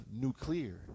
nuclear